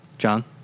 John